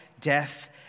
death